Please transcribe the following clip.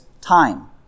time